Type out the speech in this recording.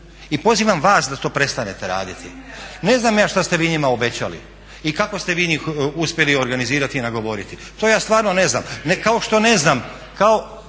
i pozivam vas da to prestanete raditi. Ne znam ja šta ste vi njima obećali i kako ste vi njih uspjeli organizirati i nagovoriti, to ja stvarno ne znam, kao što ne znam